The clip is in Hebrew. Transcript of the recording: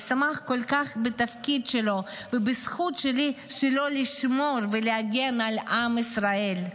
ושמח כל כך בתפקיד שלו ובזכות שלו לשמור ולהגן על עם ישראל.